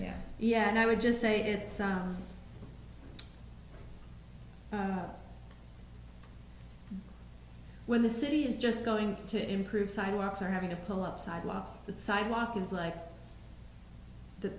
yeah yeah and i would just say it's when the city is just going to improve sidewalks or having to pull up sidewalks the sidewalk is like the